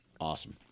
Awesome